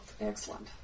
Excellent